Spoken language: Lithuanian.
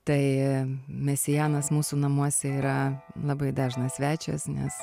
tai mesijanas mūsų namuose yra labai dažnas svečias nes